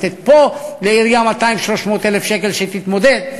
לתת פה לעירייה 200,000 300,000 שקל שתתמודד,